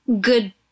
good